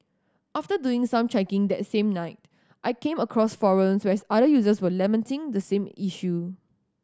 after doing some checking that same night I came across forums where other users were lamenting the same issue